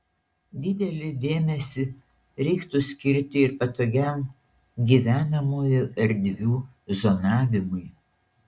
didelį dėmesį reiktų skirti ir patogiam gyvenamųjų erdvių zonavimui